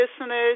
listeners